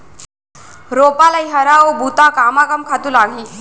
रोपा, लइहरा अऊ बुता कामा कम खातू लागही?